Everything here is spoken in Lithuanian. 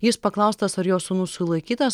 jis paklaustas ar jo sūnus sulaikytas